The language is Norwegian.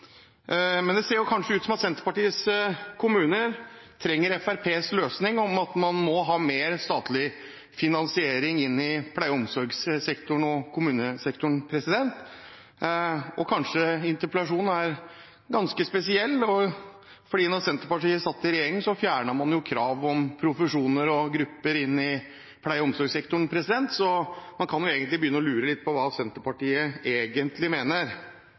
Men det ser kanskje ut som at Senterpartiets kommuner trenger Fremskrittspartiets løsning; man må ha mer statlig finansiering inn i pleie- og omsorgssektoren og kommunesektoren. Og kanskje interpellasjonen er ganske spesiell, for da Senterpartiet satt i regjering, fjernet man krav om profesjoner og grupper inn i pleie- og omsorgssektoren. Så man kan begynne å lure litt på hva Senterpartiet egentlig mener.